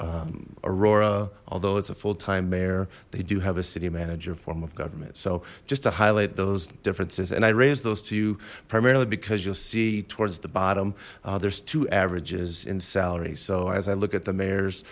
aurora although it's a full time mayor they do have a city manager form of government so just to highlight those differences and i raise those to you primarily because you'll see towards the bottom there's two averages in salary so as i look at the mayor's